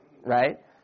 right